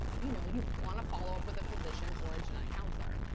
you know you want to follow up with a physician or a genetic counselor.